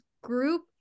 group